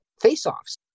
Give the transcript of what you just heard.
face-offs